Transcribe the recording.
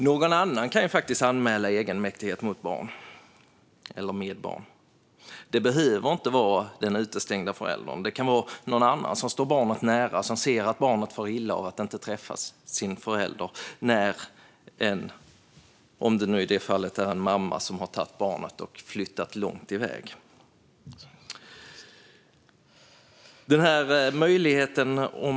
Någon annan kan faktiskt anmäla egenmäktighet med barn. Det behöver inte vara den utestängda föräldern. Det kan vara någon annan som står barnet nära som ser att barnet far illa av att inte få träffa sin förälder, om det i det fallet är en mamma som har tagit barnet och flyttat iväg långt bort.